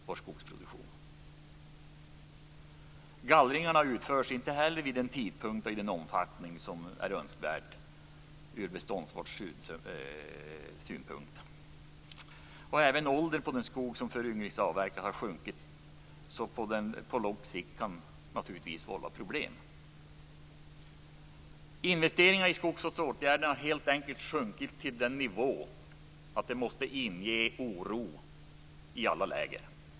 Inte heller utförs gallringarna vid önskvärda tidpunkter och i den omfattning som skulle behövas ur beståndsvårdssynpunkt. Även åldern på den skog som föryngringsavverkas har sjunkit så mycket att det på sikt kan uppstå problem. Investeringarna i skogsvårdsåtgärderna har helt enkelt sjunkit till en nivå som måste inge oro i alla lägen.